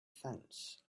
fence